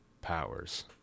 powers